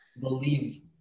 believe